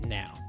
now